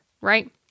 right